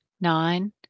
Nine